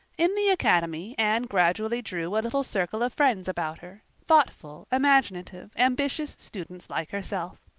in the academy anne gradually drew a little circle of friends about her, thoughtful, imaginative, ambitious students like herself.